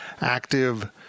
active